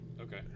Okay